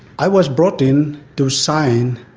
i was brought in to sign,